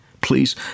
Please